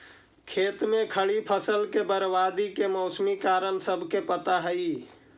खेत में खड़ी फसल के बर्बादी के मौसमी कारण सबके पता हइ